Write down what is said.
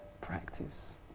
practice